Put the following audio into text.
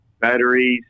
batteries